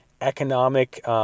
economic